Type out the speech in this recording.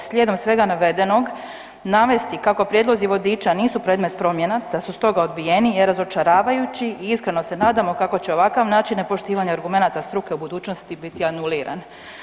Slijedom svega navedenog, navesti kako prijedlozi vodiča nisu predmet promjena, da su stoga odbijeni je razočaravajući i iskreno se nadamo kako će ovakav način nepoštivanja argumenata struke u budućnosti biti anuliran.